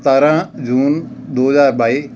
ਸਤਾਰਾਂ ਜੂਨ ਦੋ ਹਜ਼ਾਰ ਬਾਈ